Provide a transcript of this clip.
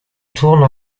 tourne